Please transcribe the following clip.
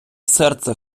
серце